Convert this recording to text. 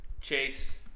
Chase